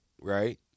right